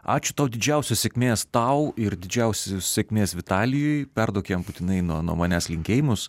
ačiū tau didžiausios sėkmės tau ir didžiausios sėkmės vitalijui perduok jam būtinai nuo manęs linkėjimus